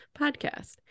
podcast